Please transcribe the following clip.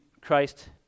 Christ